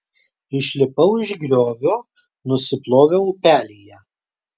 išlipau iš griovio nusiploviau upelyje